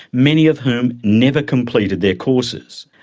many of whom never completed their courses.